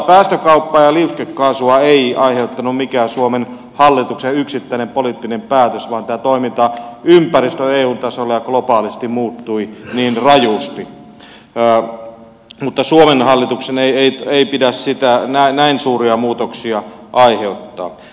mutta päästökauppaa ja liuskekaasua ei aiheuttanut mikään suomen hallituksen yksittäinen poliittinen päätös vaan toimintaympäristö eun tasolla ja globaalisti muuttui niin rajusti mutta suomen hallituksen ei pidä siitä näin suuria muutoksia aiheuttaa